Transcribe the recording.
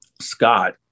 Scott